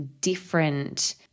different